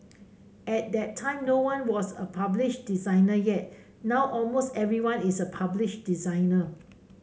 at that time no one was a published designer yet now almost everyone is a published designer